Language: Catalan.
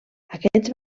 aquests